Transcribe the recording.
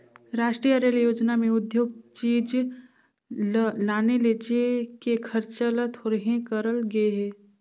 रास्टीय रेल योजना में उद्योग चीच ल लाने लेजे के खरचा ल थोरहें करल गे हे